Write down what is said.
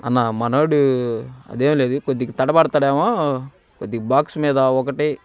అన్నా మనోడు అదేమి లేదు కొద్దిగా తడపడతాడేమో కొద్దిగా బాక్స్ మీద ఒకటి